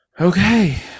Okay